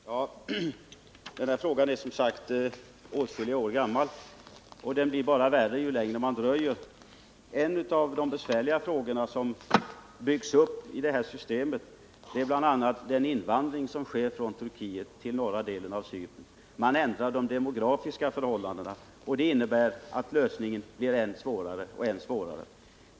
Herr talman! Denna fråga är som sagt åtskilliga år gamraal, och den blir bara värre att lösa ju längre man dröjer. Ett av de besvärliga problemen som byggs upp i det här systemet är den invandring som sker från Turkiet till norra delen av Cypern. Man ändrar de demografiska förhållandena, och det innebär att lösningen blir svårare och svårare.